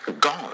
God